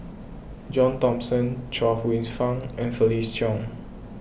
John Thomson Chuang Hsueh Fang and Felix Cheong